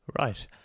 Right